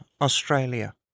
Australia